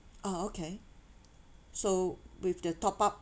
oh okay so with the top up